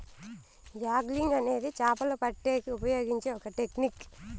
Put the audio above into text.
angling అనేది చాపలు పట్టేకి ఉపయోగించే ఒక టెక్నిక్